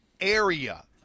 area